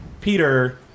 Peter